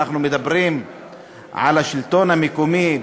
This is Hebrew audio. אנחנו מדברים על השלטון המקומי,